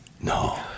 No